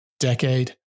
Decade